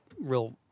real